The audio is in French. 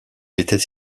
était